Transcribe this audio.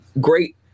great